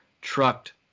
trucked